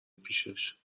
پیشش